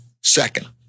Second